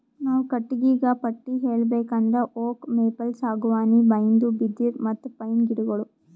ನಾವ್ ಕಟ್ಟಿಗಿಗಾ ಪಟ್ಟಿ ಹೇಳ್ಬೇಕ್ ಅಂದ್ರ ಓಕ್, ಮೇಪಲ್, ಸಾಗುವಾನಿ, ಬೈನ್ದು, ಬಿದಿರ್, ಮತ್ತ್ ಪೈನ್ ಗಿಡಗೋಳು